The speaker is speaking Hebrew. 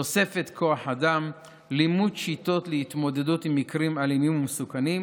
תוספת כוח אדם ולימוד שיטות להתמודדות עם מקרים אלימים ומסוכנים,